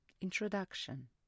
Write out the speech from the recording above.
Introduction